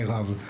מירב,